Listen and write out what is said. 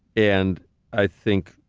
and i think,